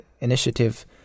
initiative